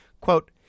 Quote